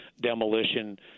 demolition